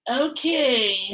Okay